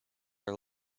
are